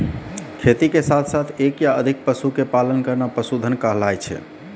खेती के साथॅ साथॅ एक या अधिक पशु के पालन करना पशुधन कहलाय छै